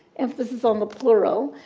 emphasis on the plural,